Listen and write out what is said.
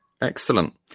Excellent